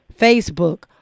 Facebook